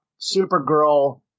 Supergirl